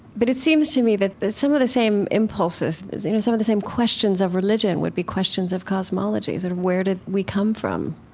but it seems to me that some of the same impulses you know some of the same questions of religion would be questions of cosmologies and where did we come from.